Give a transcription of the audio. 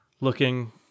looking